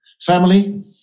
family